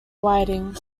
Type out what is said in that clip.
whiting